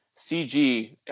CG